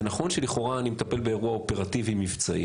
זה נכון שלכאורה אני מטפל באירוע אופרטיבי מבצעי